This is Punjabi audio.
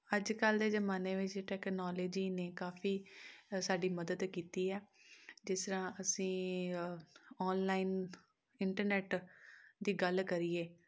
ਅੱਜ ਕੱਲ੍ਹ ਦੇ ਜ਼ਮਾਨੇ ਵਿੱਚ ਟੈਕਨੋਲਜੀ ਨੇ ਕਾਫੀ ਸਾਡੀ ਮਦਦ ਕੀਤੀ ਹੈ ਜਿਸ ਤਰ੍ਹਾਂ ਅਸੀਂ ਔਨਲਾਈਨ ਇੰਟਰਨੈੱਟ ਦੀ ਗੱਲ ਕਰੀਏ